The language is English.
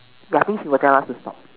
ya this he will tell us to stop